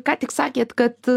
ką tik sakėt kad